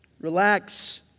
Relax